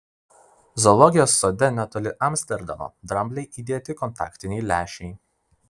zoologijos sode netoli amsterdamo dramblei įdėti kontaktiniai lęšiai